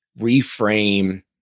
reframe